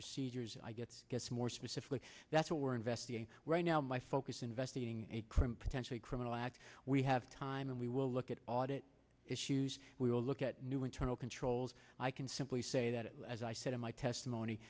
procedures i get gets more specific that's what we're investigating right now my focus investigating a crimp potentially criminal act we have time and we will look at audit issues we will look at new internal controls i can simply say that as i said in my testimony